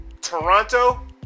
Toronto